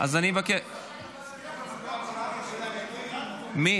אני מבקש לפרוטוקול להגיד --- מי?